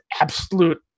absolute